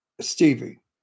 Stevie